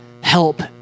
help